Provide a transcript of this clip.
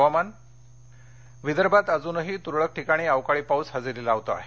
हवामान विदर्भात अजुनही तुरळक ठिकाणी अवकाळी पाऊस हजेरी लावतो आहे